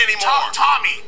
Tommy